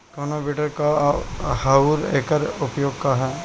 कोनो विडर का ह अउर एकर उपयोग का ह?